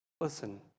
listen